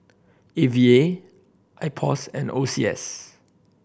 A V A IPOS and O C S